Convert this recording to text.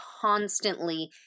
constantly